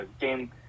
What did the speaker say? game